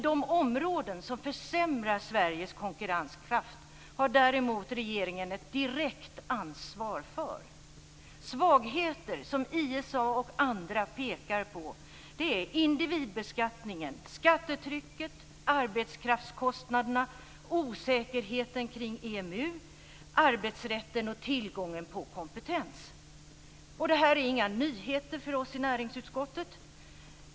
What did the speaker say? De områden som försämrar Sveriges konkurrenskraft har däremot regeringen ett direkt ansvar för. Svagheter som ISA och andra pekar på är individbeskattningen, skattetrycket, arbetskraftskostnaderna, osäkerheten kring EMU, arbetsrätten och tillgången på kompetens. Det här är inga nyheter för oss i näringsutskottet.